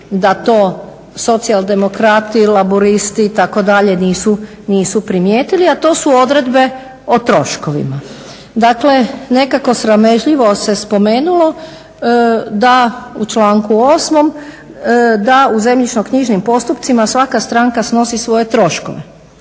da to socijaldemokrati, laburisti itd. nisu primijetili, a to su odredbe o troškovima. Dakle nekako se sramežljivo se spomenulo u članku 8.da u zemljišno knjižnim postupcima svaka stranka snosi svoje troškove.